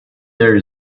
there